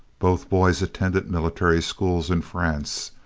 both boys attended military schools in france,